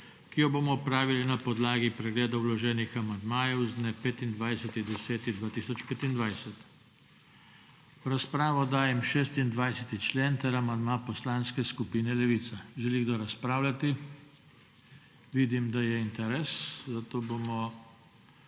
ki jo bomo opravili na podlagi pregleda vloženih amandmajev z dne 25. 10. 2021. V razpravo dajem 26. člen in amandma Poslanske skupine Levica. Želi kdo razpravljati? Vidim, da je interes, zato bomo